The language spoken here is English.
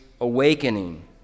Awakening